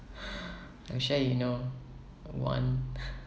I'm sure you know one